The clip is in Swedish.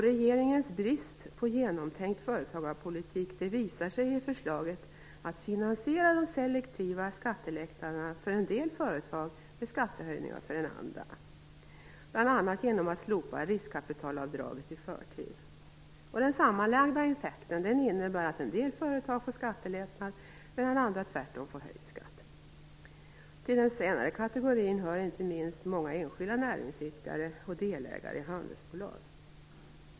Regeringens brist på genomtänkt företagarpolitik visar sig i förslaget att finansiera de selektiva skattelättnaderna för en del företag med skattehöjningar för andra, bl.a. genom att slopa riskkapitalavdraget i förtid. Den sammanlagda effekten innebär att en del företag får en skattelättnad, medan andra tvärtom får höjd skatt. Till den senare kategorin hör inte minst många enskilda näringsidkare och delägare i handelsbolag.